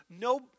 no